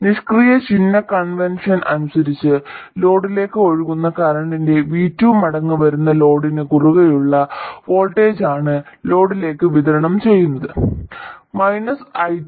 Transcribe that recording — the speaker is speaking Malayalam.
നിഷ്ക്രിയ ചിഹ്ന കൺവെൻഷൻ അനുസരിച്ച് ലോഡിലേക്ക് ഒഴുകുന്ന കറന്റിന്റെ v2 മടങ്ങ് വരുന്ന ലോഡിന് കുറുകെയുള്ള വോൾട്ടേജാണ് ലോഡിലേക്ക് വിതരണം ചെയ്യുന്നത് i2